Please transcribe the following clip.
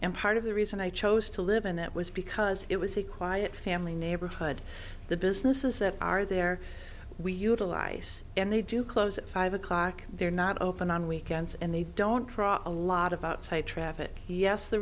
and part of the reason i chose to live in that was because it was a quiet family neighborhood the businesses that are there we utilize and they do close at five o'clock they're not open on weekends and they don't draw a lot of outside traffic yes the